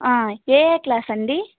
A A class అండి